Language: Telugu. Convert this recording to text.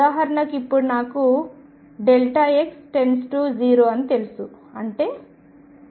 ఉదాహరణకు ఇప్పుడు నాకు x → 0 అని తెలుసు అంటే p →